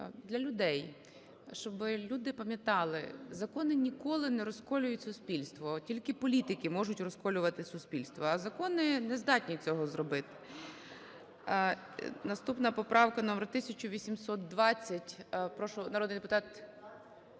для людей, щоби люди пам'ятали: закони ніколи не розколюють суспільство, тільки політики можуть розколювати суспільство. А закони не здатні цього зробити. Наступна поправка номер 1820. Прошу, народний депутат…